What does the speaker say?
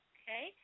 Okay